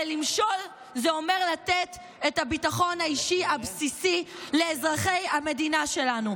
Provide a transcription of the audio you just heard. ולמשול זה אומר לתת את הביטחון האישי הבסיסי לאזרחי המדינה שלנו.